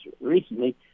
recently